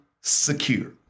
secure